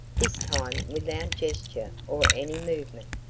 this time without gesture or any movement,